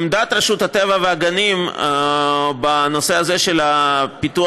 עמדת רשות הטבע והגנים בנושא הזה של פיתוח